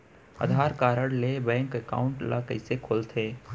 आधार card ले bank account ल कइसे खोलथे?